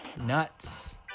nuts